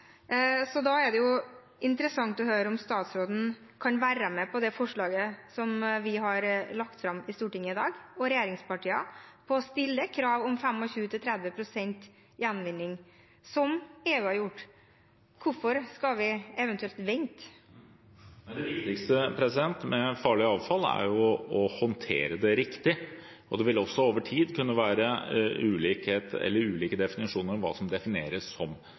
å stille krav om 25–30 pst. gjenvinning, slik EU har gjort. Hvorfor skal vi eventuelt vente? Det viktigste med farlig avfall er å håndtere det riktig. Det vil også over tid kunne være ulike definisjoner av hva som er farlig avfall. Men det viktigste er for så vidt å hindre at det oppstår, og å håndtere det som er, riktig. Det